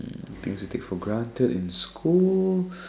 things you take for granted in school